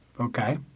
okay